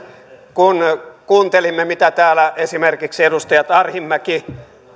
kun kuuntelimme miten täällä esimerkiksi edustajat arhinmäki